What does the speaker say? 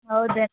ಹೌದೇ